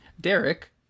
Derek